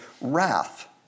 wrath